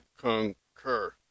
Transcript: concur